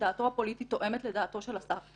שדעתו הפוליטי תואמת לדעתו של השר,